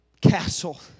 castle